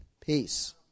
peace